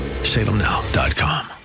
salemnow.com